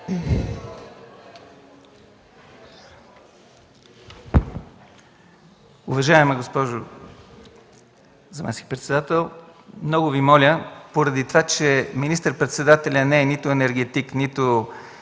Уважаема госпожо председател, много Ви моля поради това, че министър-председателят не е нито енергетик, нито